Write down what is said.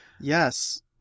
Yes